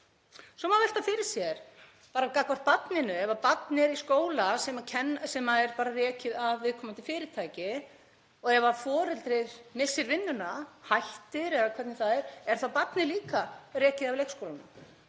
Svo má velta fyrir sér bara gagnvart barninu: ef barn er í skóla sem er rekinn af viðkomandi fyrirtæki og foreldri missir vinnuna, hættir eða hvernig það er, er þá barnið líka rekið af leikskólanum?